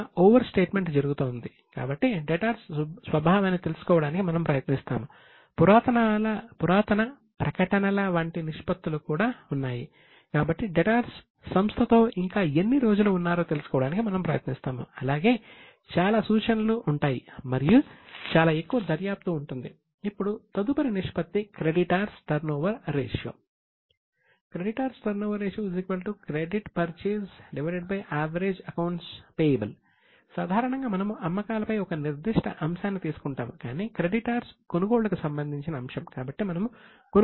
credit purchase creditors turnover ratio average accounts payable సాధారణంగా మనము అమ్మకాల పై ఒక నిర్దిష్ట అంశాన్ని తీసుకుంటాము కాని క్రెడిటార్స్ తో భాగిస్తాము